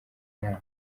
nama